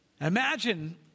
Imagine